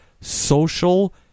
Social